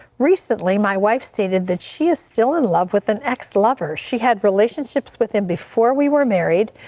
recently my wife stated that she is still in love with next lover she had relationships with him before we were married.